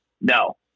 No